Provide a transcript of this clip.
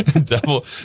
Double